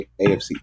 AFC